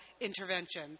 intervention